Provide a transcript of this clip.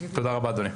תודה רבה אדוני.